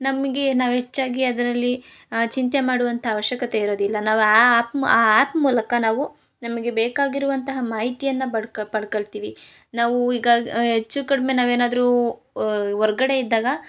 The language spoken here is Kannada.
ನಮಗೆ ನಾವು ಹೆಚ್ಚಾಗಿ ಅದರಲ್ಲಿ ಚಿಂತೆ ಮಾಡುವಂಥ ಅವಶ್ಯಕತೆ ಇರೋದಿಲ್ಲ ನಾವು ಆ ಆ್ಯಪ್ ಆ ಆ್ಯಪ್ ಮೂಲಕ ನಾವು ನಮಗೆ ಬೇಕಾಗಿರುವಂತಹ ಮಾಹಿತಿಯನ್ನ ಬಡ್ಕ ಪಡ್ಕೋಳ್ತಿವಿ ನಾವು ಈಗ ಹೆಚ್ಚು ಕಡಿಮೆ ನಾವೇನಾದರು ಹೊರ್ಗಡೆ ಇದ್ದಾಗ